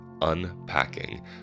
unpacking